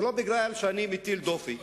זה לא מפני שאני מטיל דופי,